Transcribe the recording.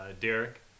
Derek